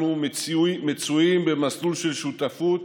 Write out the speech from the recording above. אנחנו מצויים במסלול של שותפות